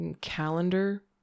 calendar